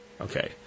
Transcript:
Okay